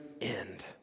end